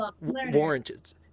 warranted